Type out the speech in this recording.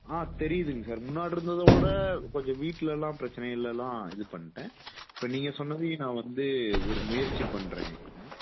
ஆ தெரியுதுங்க சார் முன்னாடி இருந்ததைவிட கொஞ்சம் வீட்லெல்லாம் பிரச்சனைலெல்லாம் இது பண்ணிட்டேன் இப்போ நீங்கள் சொன்னதையும் நான் வந்து ஒரு முயற்சி பண்ணுறேங்க